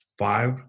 Five